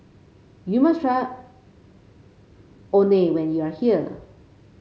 you must try when you are here